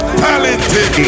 talented